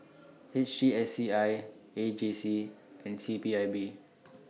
H T S C I A J C and C P I B